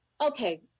Okay